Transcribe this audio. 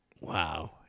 Wow